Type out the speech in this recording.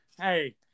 Hey